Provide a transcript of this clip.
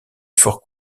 forts